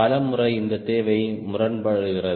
பல முறை இந்த தேவை முரண்படுகிறது